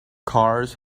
cars